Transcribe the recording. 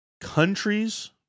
countries